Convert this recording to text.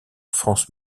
france